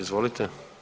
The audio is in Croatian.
Izvolite.